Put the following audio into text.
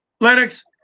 Lennox